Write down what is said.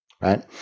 right